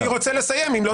אני רוצה לסיים, אם לא תפריע.